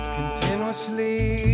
Continuously